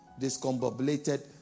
discombobulated